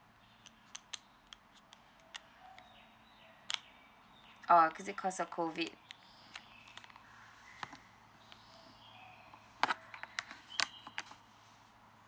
orh cause this cause of COVID